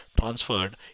transferred